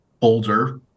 older